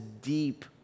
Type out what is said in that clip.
deep